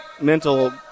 mental